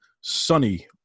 sunny